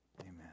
Amen